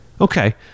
okay